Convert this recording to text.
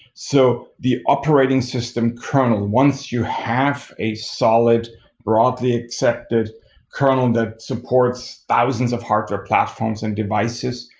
so the operating system kernel, once you have a solid broadly accepted kernel the supports thousands of hardware platforms and devices,